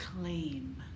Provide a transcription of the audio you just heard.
Claim